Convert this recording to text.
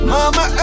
Mama